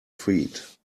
feet